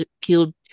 killed